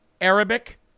Arabic